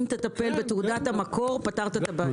אם תטפל בתעודת המקור פתרת את הבעיה.